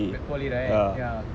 bad poorly right ya